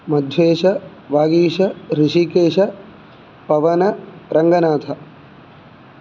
Madhyesh Vagish Hrishikesh Pawan Ranganath